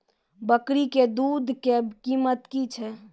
बकरी के दूध के कीमत की छै?